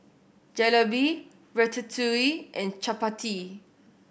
Jalebi Ratatouille and Chapati